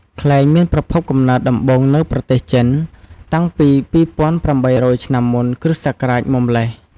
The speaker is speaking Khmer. ខ្លែងមានប្រភពកំណើតដំបូងនៅប្រទេសចិន តាំងពី២៨០០ឆ្នាំមុន គ្រិស្ដសករាជ មកម្ល៉េះ។